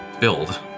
build